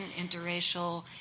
interracial